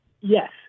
yes